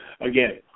again